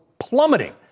plummeting